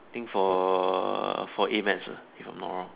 think for err for A maths uh if not wrong